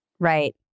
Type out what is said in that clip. Right